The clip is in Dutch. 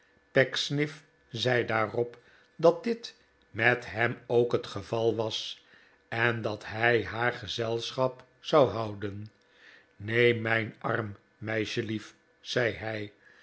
pecksniff zei daarop dat dit met hem ook het geval was en dat hij haar gezelschap zou houden neem mijn arm meisjelief zei hij